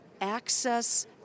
access